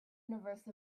universe